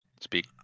Speak